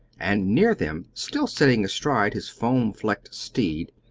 and near them, still sitting astride his foam-flecked steed,